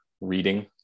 reading